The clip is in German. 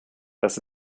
das